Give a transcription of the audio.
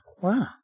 wow